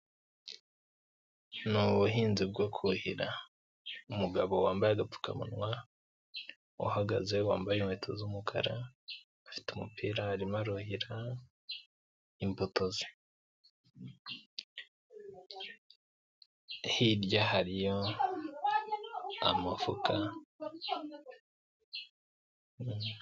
Ni ubuhinzi bwo kuhira. Umugabo wambaye agadupfukamunwa, uhagaze wambaye inkweto z'umukara afite umupira arimo aruhira imbuto ze. Hirya hari amavoka.